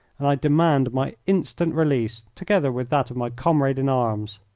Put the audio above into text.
and i demand my instant release, together with that of my comrade in arms.